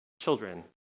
children